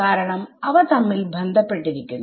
കാരണം അവ തമ്മിൽ ബന്ധപ്പെട്ടിരിക്കുന്നു